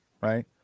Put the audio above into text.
right